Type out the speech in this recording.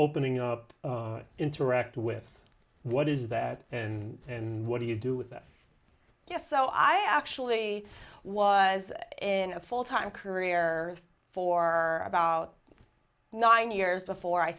opening up interact with what is that and and what do you do with it just so i actually was in a full time career for about nine years before i